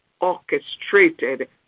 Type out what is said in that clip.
orchestrated